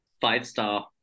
five-star